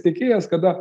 tiekėjas kada